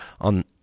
On